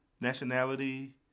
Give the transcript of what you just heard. nationality